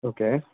okay